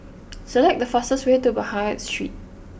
select the fastest way to Baghdad Street